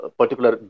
particular